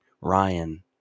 ryan